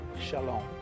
Shalom